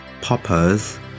poppers